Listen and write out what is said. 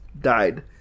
died